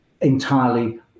entirely